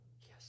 yes